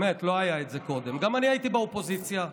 האמת, שיש פה ממשלה טובה,